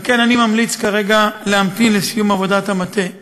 על כן אני ממליץ כרגע להמתין לסיום עבודת המטה בצה"ל.